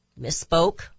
misspoke